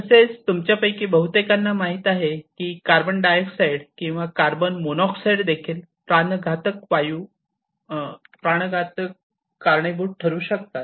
तसेच तुमच्यापैकी बहुतेकांना माहित आहे की कार्बन डाय ऑक्साईड किंवा कार्बन मोनोऑक्साइड देखील प्राणघातक कारणीभूत ठरू शकतात